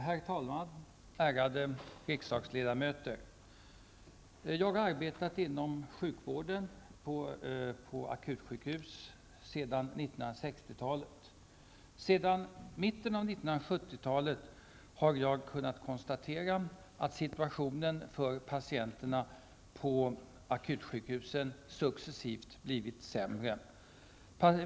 Herr talman! Ärade riksdagsledamöter! Jag har arbetat inom sjukvården på akutsjukhus sedan 60 talet. Sedan mitten av 70-talet har jag kunnat konstatera att situationen för patienterna på akutsjukhusen successivt har blivit sämre.